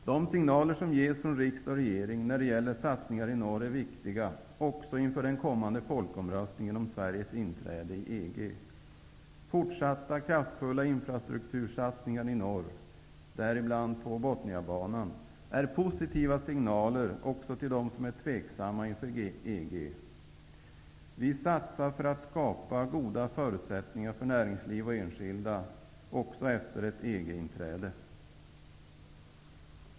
De signaler som ges från riksdag och regering när det gäller satsningar i norr är viktiga också inför den kommande folkomröstningen om Sveriges inträde i EG. Fortsatta, kraftfulla infrastruktursatsningar i norr, däribland på Botniabanan, är positiva signaler också till dem som är tveksamma inför EG. Vi satsar för att skapa goda förutsättningar för näringsliv och enskilda också efter ett EG-inträde.